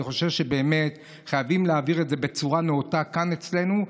אני חושב שבאמת חייבים להעביר את זה בצורה נאותה כאן אצלנו,